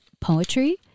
poetry